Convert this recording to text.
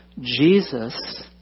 Jesus